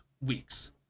weeks